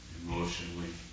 emotionally